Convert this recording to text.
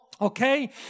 Okay